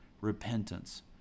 repentance